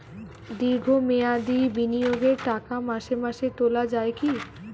দীর্ঘ মেয়াদি বিনিয়োগের টাকা মাসে মাসে তোলা যায় কি?